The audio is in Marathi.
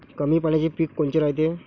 कमी पाण्याचे पीक कोनचे रायते?